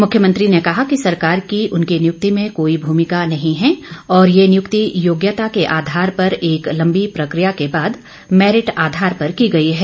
मुख्यमंत्री ने कहा कि सरकार की उनकी नियुक्ति में कोई भूमिका नहीं है और ये नियुक्ति योग्यता के आधार पर एक लंबी प्रकिया के बाद मैरिट आधार पर की गई है